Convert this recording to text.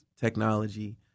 technology